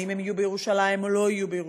האם הם יהיו בירושלים או לא יהיו בירושלים,